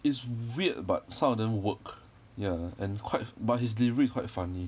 it's weird but some of them work ya and quite but his lyric quite funny